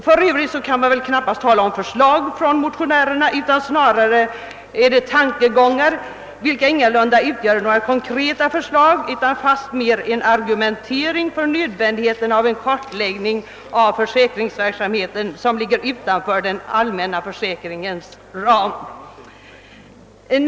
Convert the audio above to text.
För övrigt kan det väl knappast talas om förslag från motionärerna, utan snarare om vissa tankegångar, vilka ingalunda utgör några konkreta förslag utan fastmer en argumentering för nödvändigheten av en kartläggning av den försöksverksamhet som ligger utanför den allmänna socialförsäkringens ram.